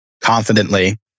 confidently